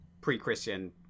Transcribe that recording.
pre-Christian